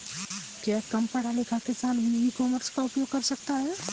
क्या कम पढ़ा लिखा किसान भी ई कॉमर्स का उपयोग कर सकता है?